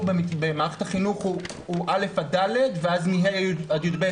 במערכת החינוך הוא א'-ד' ואז ה'-י"ב.